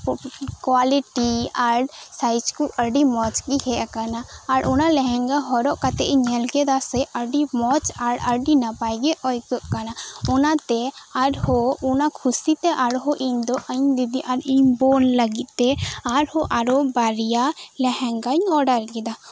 quality ᱟᱨ size ᱠᱚ ᱟᱹᱰᱤ ᱢᱚᱸᱡᱽᱜᱮ ᱦᱮᱡ ᱟᱠᱟᱱᱟ ᱟᱨ ᱚᱱᱟ ᱞᱮᱦᱮᱝᱜᱟ ᱦᱚᱨᱚᱜ ᱠᱟᱛᱮᱫ ᱤᱧ ᱧᱮᱞ ᱠᱮᱫᱟ ᱥᱮ ᱟᱹᱰᱤ ᱢᱚᱸᱡᱽ ᱟᱨ ᱟᱹᱰᱤ ᱱᱟᱯᱟᱭ ᱜᱮ ᱟᱹᱭᱠᱟᱹᱜ ᱠᱟᱱᱟ ᱚᱱᱟᱛᱮ ᱟᱨ ᱦᱚᱸ ᱚᱱᱟᱠᱷᱩᱥᱤ ᱛᱮ ᱟᱨᱦᱚᱸ ᱤᱧᱫᱚ ᱤᱧ ᱫᱤᱫᱤ ᱟᱨ ᱤᱧ ᱵᱳᱱ ᱞᱟᱹᱜᱤᱫ ᱛᱮ ᱟᱨᱦᱚᱸ ᱵᱟᱨᱭᱟ ᱞᱮᱦᱮᱝᱜᱟᱧ ᱚᱰᱟᱨ ᱠᱮᱫᱟ